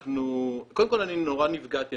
קודם כל אני נורא נפגעתי.